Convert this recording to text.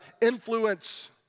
influence